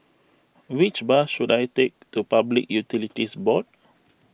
which bus should I take to Public Utilities Board